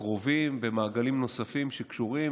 הקרובים במעגלים נוספים שקשורים,